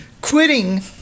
quitting